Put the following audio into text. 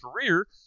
career